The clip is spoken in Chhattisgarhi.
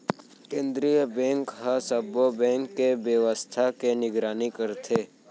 केंद्रीय बेंक ह सब्बो बेंक के बेवस्था के निगरानी करथे